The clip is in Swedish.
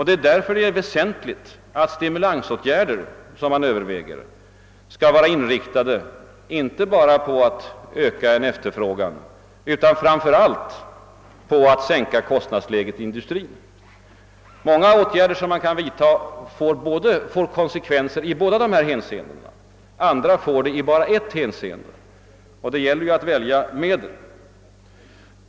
Därför är det väsentligt att de stimulerande åtgärder som man överväger är inriktade inte bara på att öka efterfrågan utan också och framför allt på att sänka kostnadsläget inom industrin. Många stimulansåtgärder som man kan tänka sig får konsekvenser i båda dessa hänseenden, andra i bara ett, och därför gäller det att välja de riktiga medlen.